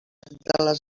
les